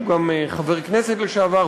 שהוא גם חבר כנסת לשעבר,